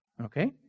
Okay